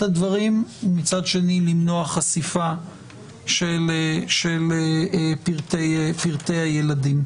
הדברים ומצד שני למנוע חשיפה של פרטי הילדים.